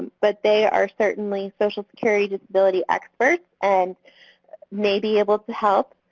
but they are certainly social security disability experts and may be able to help.